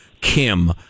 Kim